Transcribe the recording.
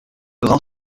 grand